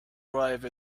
arrive